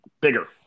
bigger